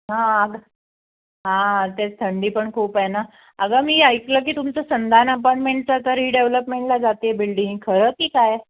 हां अगं हां ते थंडी पण खूप आहे ना अगं मी ऐकलं की तुमचं संधान अपार्टमेंटचा तर रिडेव्हलपमेंटला जाते बिल्डिंग खरं काय